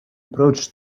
approached